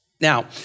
Now